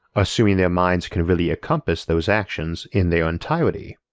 assuming their minds can really encompass those actions in their entirety.